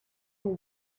will